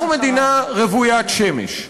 אנחנו מדינה רוויית שמש,